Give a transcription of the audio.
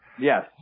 Yes